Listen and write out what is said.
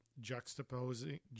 juxtaposing